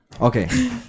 Okay